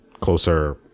closer